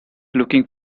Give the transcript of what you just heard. looking